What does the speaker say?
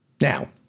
Now